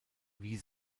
wie